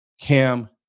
Cam